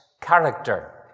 character